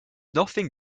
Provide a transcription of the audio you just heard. nothing